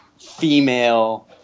female